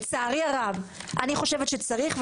לצערי הרב, אני חושב שצריך.